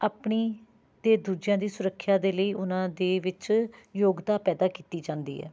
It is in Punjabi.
ਆਪਣੀ ਅਤੇ ਦੂਜਿਆਂ ਦੀ ਸੁਰੱਖਿਆ ਦੇ ਲਈ ਉਨ੍ਹਾਂ ਦੇ ਵਿੱਚ ਯੋਗਤਾ ਪੈਦਾ ਕੀਤੀ ਜਾਂਦੀ ਹੈ